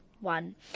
one